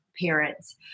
parents